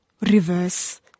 reverse